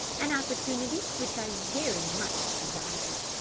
an opportunity which i very much desire.